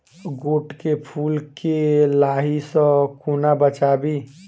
गोट केँ फुल केँ लाही सऽ कोना बचाबी?